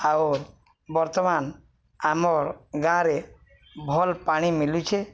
ଆଉର୍ ବର୍ତ୍ତମାନ ଆମର୍ ଗାଁରେ ଭଲ୍ ପାଣି ମିଲୁଛେ